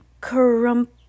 Crump